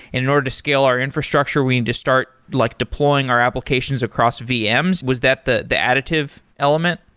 and in order to scale our infrastructure, we need to start like deploying our applications across vms. was that the the additive element?